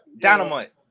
Dynamite